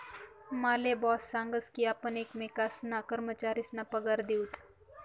माले बॉस सांगस की आपण एकमेकेसना कर्मचारीसना पगार दिऊत